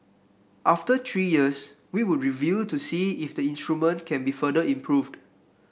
after three years we would review to see if the instrument can be further improved